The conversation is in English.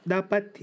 Dapat